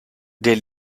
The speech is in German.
der